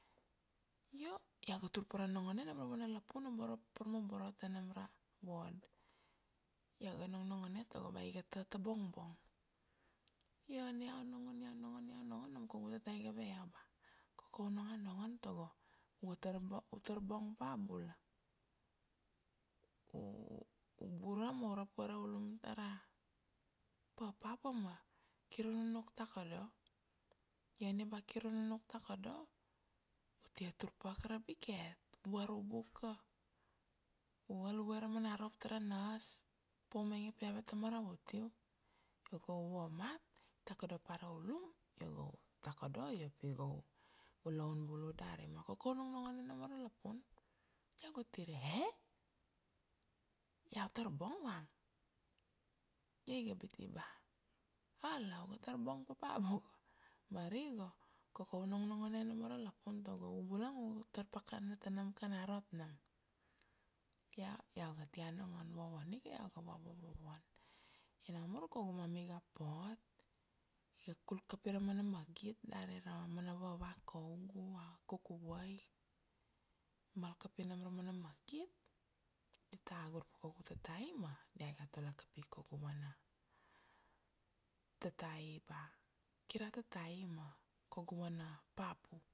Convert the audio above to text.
Io iau ga tur pa ra nongone nam ra vana lapun a boro par ma boro ta nam ra ward. Iau ga nong nongone tago ba iga tata bongbong. Io ania iau nongon, iau nongon, iau nongon nam kaugu tatai iga ve iau ba koko u nonga nongon tago u ga tar bong pa bula. u bura ma u rapue ra ulum tara papapa ma kir u nunuk takodo, io ania ba kir u nunuk takodo, u tia tur pa ka ra biket, u varubuka, u al vue ra mana rop tara nurse, pa u mainge pi ave ta maravut u. Io go u vamat i takodo pa ra ulum, io go u takodo, io u pi go u laun bulu dari, ma koko u nong nongone nomo ra lapun. Iau ga tir ia, eh? Iau tar bong vang, io iga biti ba, ala u ga tar bong papa boko, ma ari go koko nong nongone nomo ra lapun, tago u bulang u ga tar pakana ta nam kana rot nam. Io iau ga tia nongon vovon ika, iau ga va vo-vovon. Io namur kaugu mummy iga pot, iga kul kapi ra mana magit, dari ra mana vava kaugu, a kukuvai, mal kapi nam ra mana magit. Dita agur pa kaugu tatai ma dia ga tule kapi kaugu vana tatai, ba kir a tatai ma kaugu vana papu.